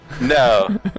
No